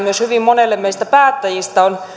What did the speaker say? myös hyvin monelle meistä päättäjistä on